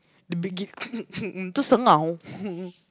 big it tu sengau